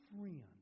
friend